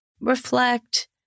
reflect